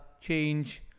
change